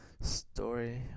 story